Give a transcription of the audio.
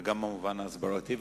גם במובן ההסברתי.